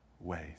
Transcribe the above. ways